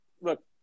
look